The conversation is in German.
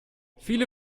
viele